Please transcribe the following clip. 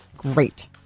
great